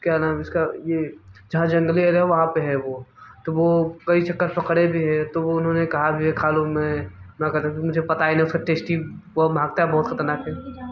क्या नाम है इसका ये जहाँ जंगली एरिया वहाँ पर है वो तो वो कई चक्कर पकड़े भी हैं तो वो उन्होंने कहा भी है खालो में मैं कहता था मुझे पता ही नहीं उसका टैस्टी वो महक बहुत ख़तरनाक है